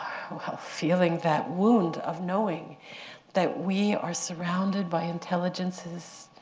feeling that wound of knowing that we are surrounded by intelligences.